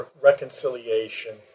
reconciliation